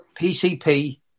PCP